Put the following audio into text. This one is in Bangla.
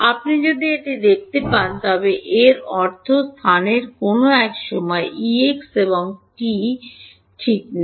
আপনি যদি এটি দেখতে পান তবে এর অর্থ স্থানের কোনও এক সময় প্রাক্তন এবং t t0 nΔt ঠিক নেই